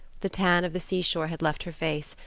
the tan of the seashore had left her face,